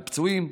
לפצועים?